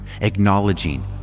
acknowledging